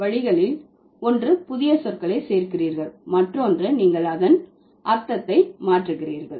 வழிகளில் ஒன்று புதிய சொற்களை சேர்க்கிறீர்கள் மற்றொன்று நீங்கள் அர்த்தத்தை மாற்றுகிறீர்கள்